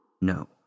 No